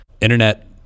internet